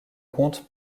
compte